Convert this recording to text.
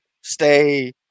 stay